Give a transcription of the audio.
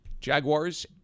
Jaguars